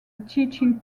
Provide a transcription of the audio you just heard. teaching